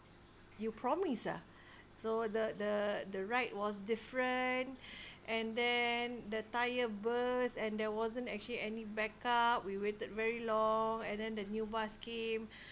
you promised ah so the the the ride was different and then the tyre burst and there wasn't actually any backup we waited very long and then the new bus came